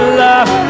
love